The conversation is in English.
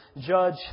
judge